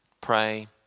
Pray